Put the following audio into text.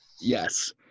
Yes